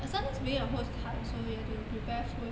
sometimes being the host is hard also you have to prepare food